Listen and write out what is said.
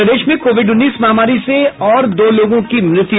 और प्रदेश में कोविड उन्नीस महामारी से और दो लोगों की मृत्यु